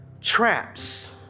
traps